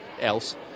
else